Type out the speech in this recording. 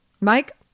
Mike